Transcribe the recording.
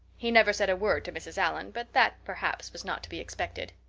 he never said a word to mrs. allan, but that perhaps was not to be expected.